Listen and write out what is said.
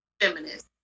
feminist